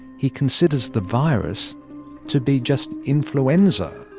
he considers the virus to be just influenza.